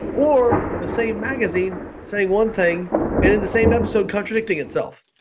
or the same magazine saying one thing and in the same episode contradicting itself.